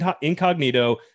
incognito